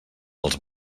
els